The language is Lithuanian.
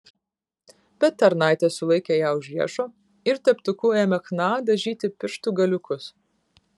bet tarnaitė sulaikė ją už riešo ir teptuku ėmė chna dažyti pirštų galiukus